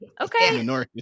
okay